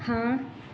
ਹਾਂ